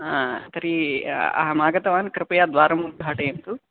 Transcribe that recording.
हा तर्हि अहमागतवान् कृपया द्वारम् उद्घाटयन्तु